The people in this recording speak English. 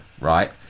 right